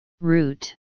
root